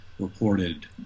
reported